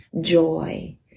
joy